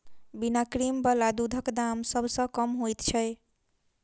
बिना क्रीम बला दूधक दाम सभ सॅ कम होइत छै